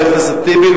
חבר הכנסת טיבי,